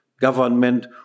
government